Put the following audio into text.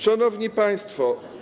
Szanowni Państwo!